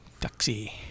Taxi